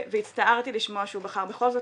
וכל זאת